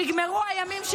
נגמר הזמן, היושב-ראש.